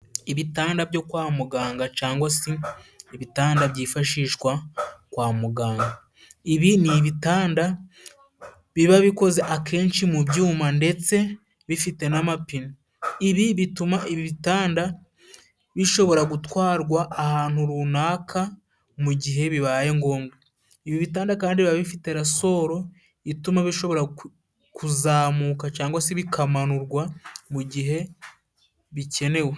Ibitanda byo kwa muganga, cangwa si ibitanda byifashishwa kwa muganga. Ibi ni ibitanda biba bikoze akenshi mu byuma, ndetse bifite n’amapine. Ibi bituma ibi bitanda bishobora gutwarwa ahantu runaka mu gihe bibaye ngombwa. Ibi bitanda kandi biba bifite rasoro ituma bishobora kuzamuka, cangwa si bikamanurwa mu gihe bikenewe.